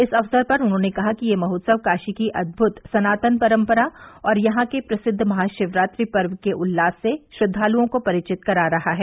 इस अवसर पर उन्होंने कहा कि यह महोत्सव काशी की अद्भुत सनातन परंपरा और यहां के प्रसिद्व महाशिवरात्रि पर्व के उल्लास से श्रद्वालुओं को परिचित करा रहा है